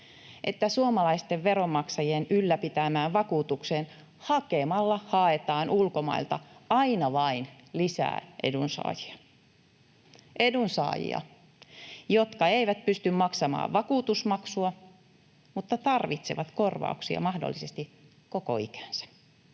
että suomalaisten veronmaksajien ylläpitämään vakuutukseen hakemalla haetaan ulkomailta aina vain lisää edunsaajia — edunsaajia, jotka eivät pysty maksamaan vakuutusmaksua mutta tarvitsevat korvauksia mahdollisesti koko ikänsä.